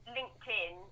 LinkedIn